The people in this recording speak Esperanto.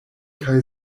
kaj